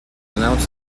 announce